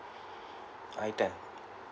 I_ten